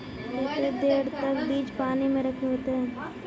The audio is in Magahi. केते देर तक बीज पानी में रखे होते हैं?